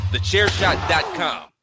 TheChairShot.com